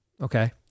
okay